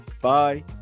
Bye